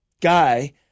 guy